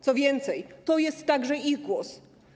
Co więcej, to jest także ich głos.